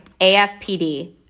AFPD